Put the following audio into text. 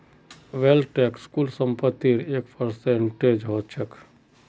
wealth tax कुल संपत्तिर एक परसेंट ह छेक